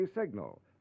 signal